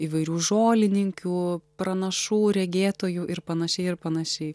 įvairių žolininkių pranašų regėtojų ir panašiai ir panašiai